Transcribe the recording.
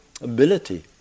ability